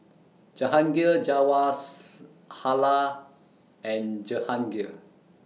Jahangir Jawaharlal and Jehangirr